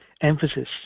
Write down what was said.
emphasis